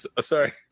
Sorry